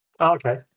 Okay